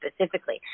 specifically